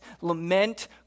Lament